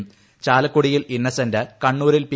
പ്ട്യല്ക്കുടിയിൽ ഇന്നസെന്റ് കണ്ണൂരിൽ പി